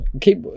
Keep